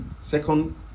Second